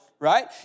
Right